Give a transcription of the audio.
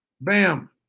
Bam